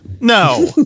No